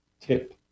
tip